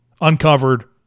uncovered